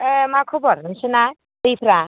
ओइ मा खबर नोंसिना दैफ्रा